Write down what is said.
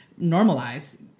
normalize